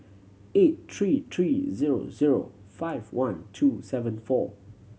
eight three three zero zero five one two seven four